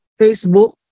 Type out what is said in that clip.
Facebook